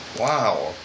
wow